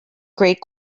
great